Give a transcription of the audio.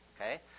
okay